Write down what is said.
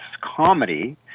comedy